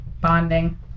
Bonding